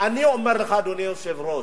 אני אומר לך, אדוני היושב-ראש: